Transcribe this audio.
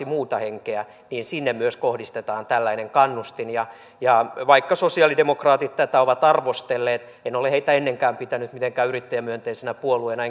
muuta henkeä kohdistetaan tällainen kannustin ja ja vaikka sosialidemokraatit tätä ovat arvostelleet en ole heitä ennenkään pitänyt mitenkään yrittäjämyönteisenä puolueena